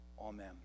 Amen